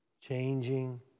Changing